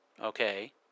okay